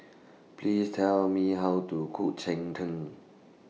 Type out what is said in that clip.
Please Tell Me How to Cook Cheng Tng